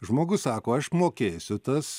žmogus sako aš mokėsiu tas